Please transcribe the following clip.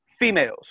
Females